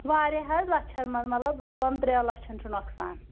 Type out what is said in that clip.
واریاہ حظ لَچھَن منٛزمطلب دۄن ترٛٮ۪ن لَچھَن چھُ نۄقصان